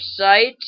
website